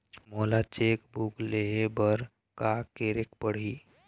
मोला cheque book लेहे बर का केरेक पढ़ही?